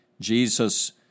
Jesus